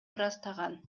ырастаган